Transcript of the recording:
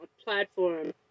platform